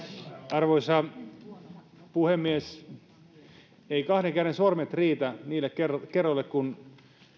arvoisa puhemies eivät kahden käden sormet riitä niille kerroille kun